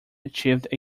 achieved